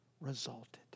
resulted